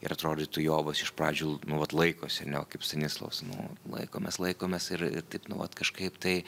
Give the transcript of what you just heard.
ir atrodytų jovas iš pradžių nu vat laikosi ar ne va kaip stanislovas nu laikomės laikomės ir ir taip nu vat kažkaip tai